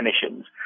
definitions